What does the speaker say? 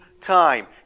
time